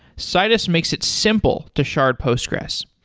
citus makes it simple to shard postgres.